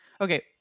Okay